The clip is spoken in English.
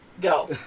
Go